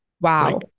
Wow